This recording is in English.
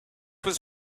was